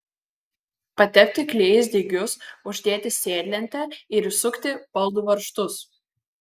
patepti klijais dygius uždėti sėdlentę ir įsukti baldų varžtus